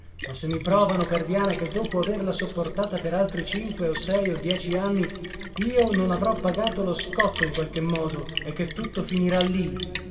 ma se mi provano perdiana che dopo averla sopportata per altri cinque o sei o dieci anni io non avrò pagato lo scotto in qualche modo e che tutto finirà lì